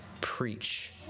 preach